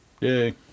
Yay